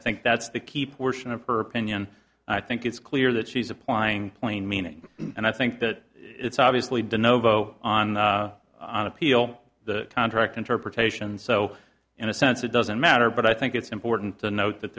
think that's the key portion of her opinion i think it's clear that she's applying plain meaning and i think that it's obviously been ovo on on appeal the contract interpretations so in a sense it doesn't matter but i think it's important to note that